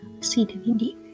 CWD